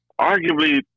arguably